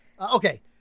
Okay